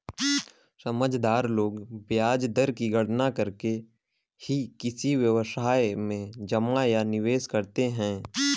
समझदार लोग ब्याज दर की गणना करके ही किसी व्यवसाय में जमा या निवेश करते हैं